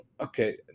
Okay